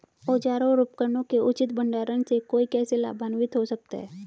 औजारों और उपकरणों के उचित भंडारण से कोई कैसे लाभान्वित हो सकता है?